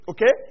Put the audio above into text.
Okay